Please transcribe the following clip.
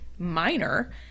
minor